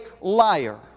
liar